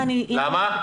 למה?